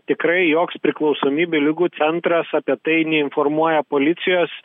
tikrai joks priklausomybių ligų centras apie tai neinformuoja policijos